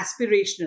aspirational